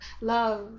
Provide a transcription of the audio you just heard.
Love